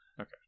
Okay